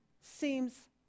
seems